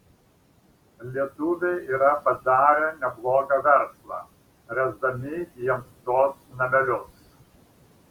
lietuviai yra padarę neblogą verslą ręsdami jiems tuos namelius